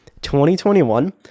2021